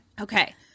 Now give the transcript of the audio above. Okay